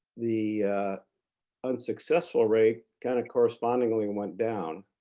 the unsuccessful rate kind of correspondingly went down.